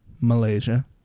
Malaysia